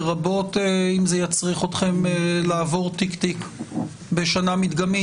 לרבות אם זה יצריך אתכם לעבור תיק-תיק בשנה מדגמית.